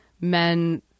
men